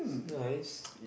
it's nice